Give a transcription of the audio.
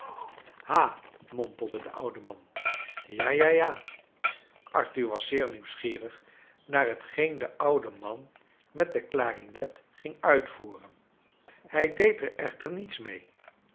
ha i mompelde de oude man ja ja ja arthur was zeer nieuwsgierig naar hetgeen de oude man met de klarinet ging uitvoeren hij deed er echter niets mee